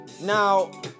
Now